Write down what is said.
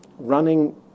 running